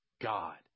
God